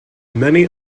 many